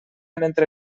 mentre